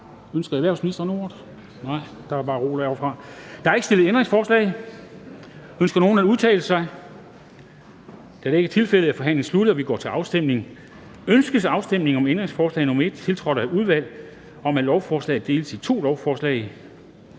Ønsker erhvervsministeren ordet? Nej. Der er bare ro derovrefra. Der er stillet ændringsforslag. Ønsker nogen at udtale sig? Da det ikke er tilfældet, er forhandlingen sluttet, og vi går til afstemning. Kl. 13:03 Afstemning Formanden (Henrik Dam Kristensen): Ønskes afstemning om ændringsforslag nr. 1, tiltrådt af udvalget, om, at lovforslaget deles i to lovforslag?